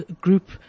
group